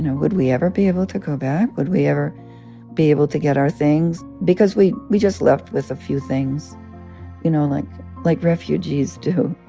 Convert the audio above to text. would we ever be able to go back? would we ever be able to get our things because we we just left with a few things you know, like like refugees do